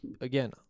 Again